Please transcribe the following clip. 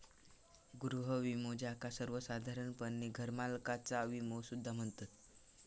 गृह विमो, ज्याका सर्वोसाधारणपणे घरमालकाचा विमो सुद्धा म्हणतत